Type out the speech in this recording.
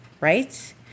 right